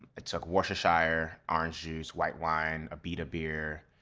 i took worchestershire, orange juice, white wine, abita beer,